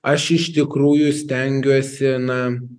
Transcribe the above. aš iš tikrųjų stengiuosi na